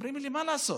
אומרים לי: מה לעשות?